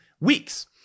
weeks